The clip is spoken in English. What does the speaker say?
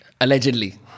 Allegedly